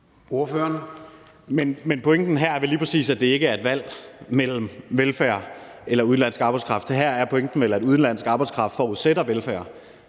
Men pointen her er vel lige præcis, at det ikke er et valg mellem velfærd eller udenlandsk arbejdskraft. Her er pointen vel, at udenlandsk arbejdskraft er en forudsætning for velfærd,